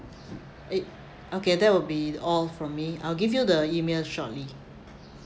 eh okay that will be all from me I'll give you the email shortly